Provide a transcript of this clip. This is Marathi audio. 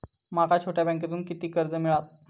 माका छोट्या बँकेतून किती कर्ज मिळात?